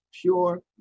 pure